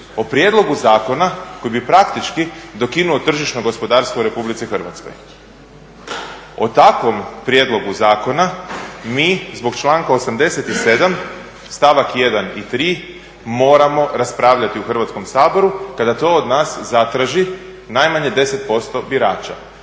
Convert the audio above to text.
o prijedlogu zakona koji bi praktički dokinuo tržišno gospodarstvo u RH. O takvom prijedlogu zakona mi zbog članka 87.stavak 1.i 3.moramo raspravljati u Hrvatskom saboru kada to od nas zatraži najmanje 10% birača.